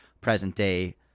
present-day